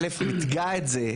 א׳- מתגה את זה.